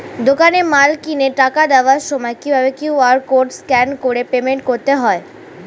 দোকানে মাল কিনে টাকা দেওয়ার সময় কিভাবে কিউ.আর কোড স্ক্যান করে পেমেন্ট করতে হয়?